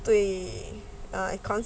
对 err considered year four